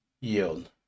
yield